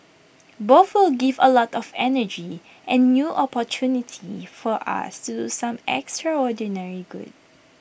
both will give A lot of energy and new opportunity for us to do some extraordinary good